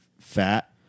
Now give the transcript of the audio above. fat